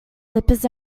slippers